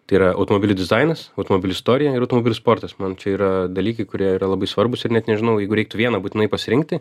tai yra automobilių dizainas automobilių istorija ir automobilių sportas man čia yra dalykai kurie yra labai svarbūs ir net nežinau jeigu reiktų vieną būtinai pasirinkti